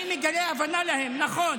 אני מגלה הבנה אליהן נכון.